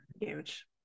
huge